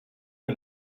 que